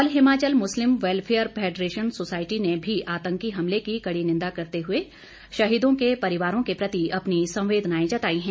all Himachal Muslim welfare federation society ने भी आतंकी हमले की कड़ी निंदा करते हुए शहीदों के परिवारों के प्रति अपनी संवेदनाएं जताई है